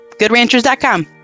Goodranchers.com